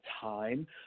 time